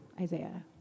Isaiah